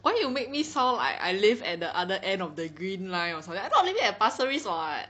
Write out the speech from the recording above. why you make me sound I I live at the other end of the green line or something I thought maybe at Pasir Ris or what